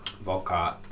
Vodka